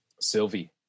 Sylvie